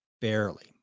barely